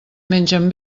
mengen